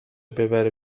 ببره